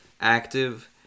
active